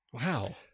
Wow